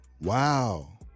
Wow